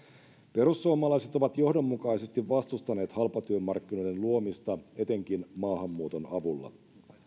perussuomalaiset ovat johdonmukaisesti vastustaneet halpatyömarkkinoiden luomista etenkin maahanmuuton avulla